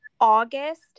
August